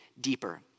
deeper